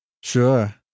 sure